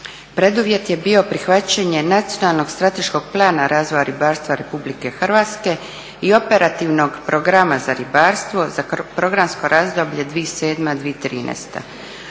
Preduvjet je bio prihvaćanje nacionalnog strateškog plana razvoja ribarstva RH i operativnog Programa za ribarstvo za programsko razdoblje 2007.-2013.